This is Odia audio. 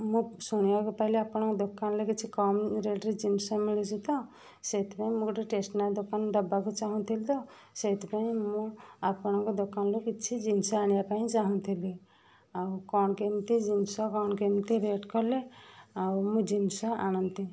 ମୁଁ ଶୁଣିବାକୁ ପାଇଲି ଆପଣଙ୍କ ଦୋକାନରେ କିଛି କମ ରେଟରେ ଜିନଷ ମିଳୁଛି ତ ସେଥିପାଇଁ ମୁଁ ଗୋଟେ ଟେସନାରୀ ଦୋକାନ ଦବାକୁ ଚାହୁଁଥିଲି ତ ସେଇଥିପାଇଁ ମୁଁ ଆପଣଙ୍କ ଦୋକାନରୁ କିଛି ଜିନଷ ଆଣିବା ପାଇଁ ଚାହୁଁଥିଲି ଆଉ କ'ଣ କେମତି ଜିନଷ କ'ଣ କେମତି ରେଟ କଲେ ଆଉ ମୁଁ ଜିନଷ ଆଣନ୍ତି